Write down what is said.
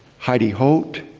heidi holt,